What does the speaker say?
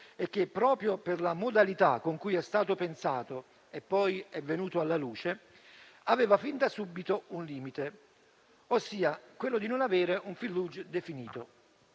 e che, proprio per la modalità con cui è stato pensato e poi venuto alla luce, aveva fin da subito un limite, ossia quello di non avere un *fil rouge* definito.